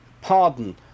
pardon